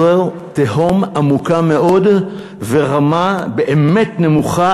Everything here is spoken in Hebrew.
זו תהום עמוקה מאוד ורמה באמת נמוכה,